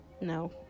No